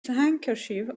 handkerchief